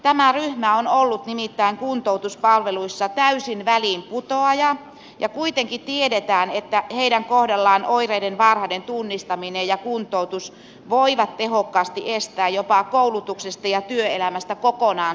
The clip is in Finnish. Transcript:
tämä ryhmä on ollut nimittäin kuntoutuspalveluissa täysin väliinputoaja ja kuitenkin tiedetään että heidän kohdallaan oireiden varhainen tunnistaminen ja kuntoutus voivat tehokkaasti estää jopa koulutuksesta ja työelämästä kokonaan syrjäytymisen